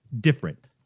different